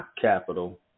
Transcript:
capital